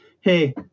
hey